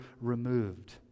removed